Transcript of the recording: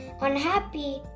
unhappy